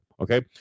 Okay